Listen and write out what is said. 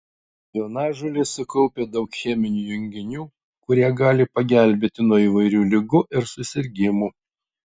jonažolės sukaupia daug cheminių junginių kurie gali pagelbėti nuo įvairių ligų ir susirgimų